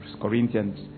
Corinthians